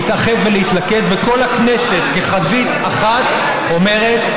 להתאחד ולהתלכד, וכל הכנסת כחזית אחת אומרת: